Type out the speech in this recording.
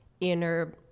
inner